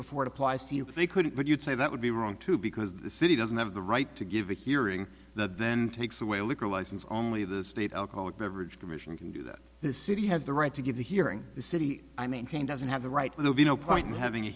before it applies to you but they couldn't but you'd say that would be wrong too because the city doesn't have the right to give a hearing that then takes away a liquor license only the state alcoholic beverage commission can do that the city has the right to give the hearing the city i maintain doesn't have the right will be no point having a